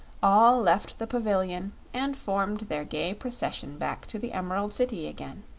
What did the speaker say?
all left the pavilion and formed their gay procession back to the emerald city again.